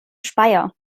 speyer